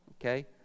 Okay